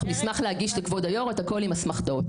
אנחנו נשמח להגיש לכבוד היו"ר את הכול עם אסמכתאות.